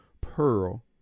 Pearl